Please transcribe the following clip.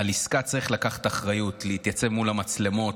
"על עסקה צריך לקחת אחריות, להתייצב מול המצלמות,